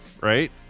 right